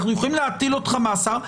אנחנו יכולים להטיל אותך במאסר,